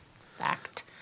fact